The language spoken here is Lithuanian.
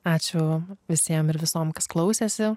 ačiū visiem ir visom kas klausėsi